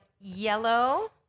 Yellow